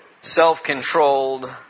self-controlled